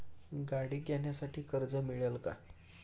गाडी घेण्यासाठी कर्ज मिळेल का?